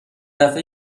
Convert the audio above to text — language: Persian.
دفعه